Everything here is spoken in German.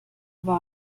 war